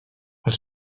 els